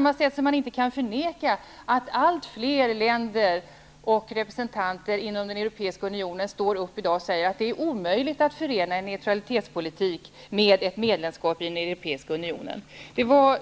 Man kan inte heller förneka att allt fler länder och representanter inom Europeiska unionen i dag säger att det är omöjligt att förena en neutralitetspolitik med ett medlemskap i Europeiska unionen. Det var